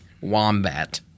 Wombat